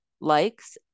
likes